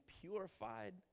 purified